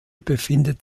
befindet